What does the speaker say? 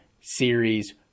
series